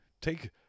take